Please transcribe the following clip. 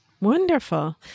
Wonderful